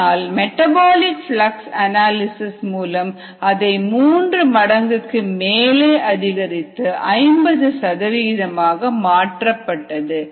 ஆனால் metabolic flux analysis மூலம் அதை மூன்று மடங்குக்கு மேலே அதிகரித்து 50 சதவிகிதமாக மாற்றப்பட்டது